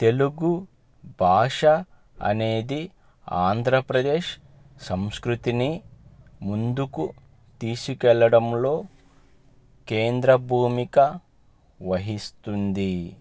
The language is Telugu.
తెలుగు భాష అనేది ఆంధ్రప్రదేశ్ సంస్కృతిని ముందుకు తీసుకెళ్ళడంలో కేంద్రభూమిక వహిస్తుంది